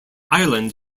ireland